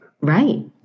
Right